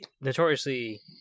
notoriously